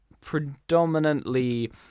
predominantly